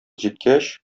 җиткәч